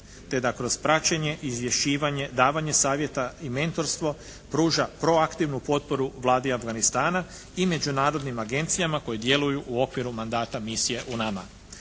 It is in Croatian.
te da kroz praćenje, izvješćivanje, davanje savjeta i mentorstvo pruža proaktivnu potporu Vladi Afganistana i međunarodnim agencijama koje djeluju u okviru mandata misije UNAMA.